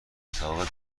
اتاق